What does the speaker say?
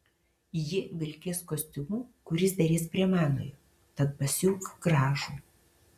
ji vilkės kostiumu kuris derės prie manojo tad pasiūk gražų